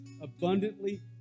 abundantly